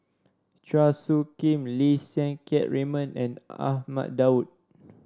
Chua Soo Khim Lim Siang Keat Raymond and Ahmad Daud